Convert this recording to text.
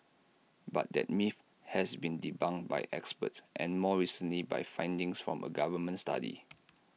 but that myth has been debunked by experts and more recently by findings from A government study